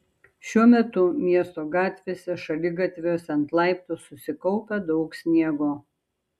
šiuo metu miesto gatvėse šaligatviuose ant laiptų susikaupę daug sniego